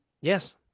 Yes